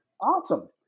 Awesome